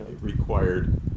required